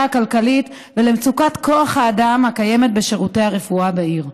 הכלכלית ולמצוקת כוח האדם הקיימות בשירותי הרפואה בעיר.